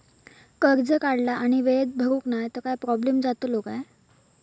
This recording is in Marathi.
कर्ज काढला आणि वेळेत भरुक नाय तर काय प्रोब्लेम जातलो काय?